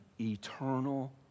eternal